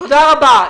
תודה רבה.